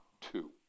two